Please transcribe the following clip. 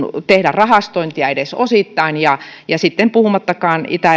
tehdä rahastointia edes osittain sitten puhumattakaan itä